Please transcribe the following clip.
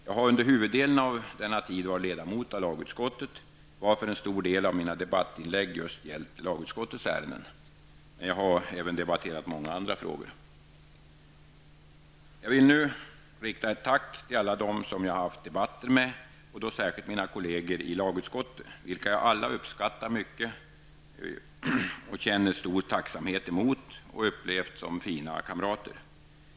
Jag har under huvuddelen av denna tid varit ledamot av lagutskottet, varför en stor del av mina debattinlägg gällt just lagutskottets ärenden, men jag har även debatterat många andra frågor. Jag vill nu rikta ett tack till alla dem som jag har haft debatter med, och då särskilt mina kolleger i lagutskottet, vilka jag alla uppskattar mycket och känner stor tacksamhet mot och upplevt som fina kamarater.